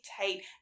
dictate